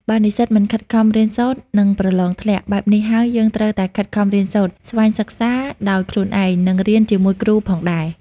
បើនិស្សិតមិនខិតខំរៀនសូត្រ នឹងប្រឡងធ្លាក់ បែបនេះហើយយើងត្រូវតែខិតខំរៀនសូត្រ ស្វ័យសិក្សាដោយខ្លួនឯង និងរៀនជាមួយគ្រូផងដែរ។